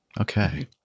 Okay